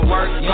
Work